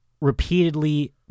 repeatedly